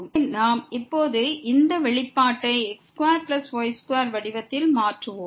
எனவே நாம் இப்போது இந்த வெளிப்பாட்டை x2y2 வடிவத்தில் மாற்றுவோம்